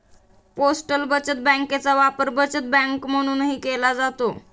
postal बचत बँकेचा वापर बचत बँक म्हणूनही केला जातो